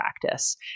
practice